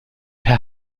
per